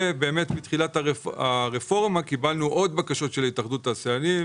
מתחילת הרפורמה קיבלנו עוד בקשות של התאחדות התעשיינים